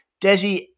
Desi